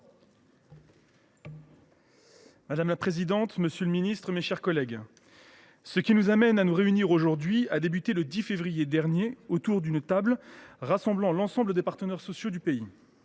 Madame la présidente, monsieur le ministre, mes chers collègues, le travail qui nous conduit à nous réunir aujourd’hui a commencé le 10 février dernier, autour d’une table réunissant l’ensemble des partenaires sociaux du pays.